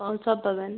তখন সব পাবেন